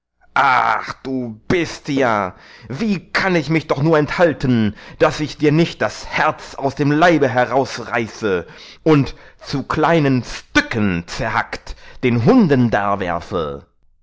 du bestia wie kann ich mich doch nur enthalten daß ich dir nicht das herz aus dem leib herausreiße und zu kleinen stücken zerhackt den